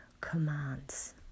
commands